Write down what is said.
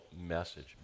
message